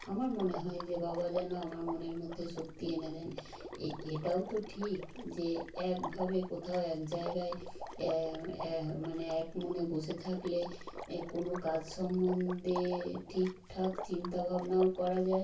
আমার মনে হয় যে বাবা যেন আমার মনের মধ্যে শক্তি এনে দেন এ এটাও তো ঠিক যে একভাবে কোথাও এক জায়াগায় অ্যা অ্যা মানে এক মনে বসে থাকলে কোনও কাজ সম্বন্দে ঠিকঠাক চিন্তাভাবনাও করা যায়